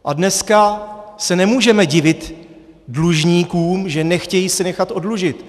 A dneska se nemůžeme divit dlužníkům, že nechtějí se nechat oddlužit.